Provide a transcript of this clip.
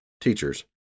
Teachers